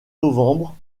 novembre